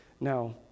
now